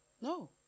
No